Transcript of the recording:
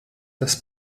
das